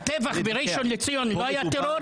הטבח בראשון לציון לא היה טרור?